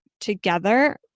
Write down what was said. together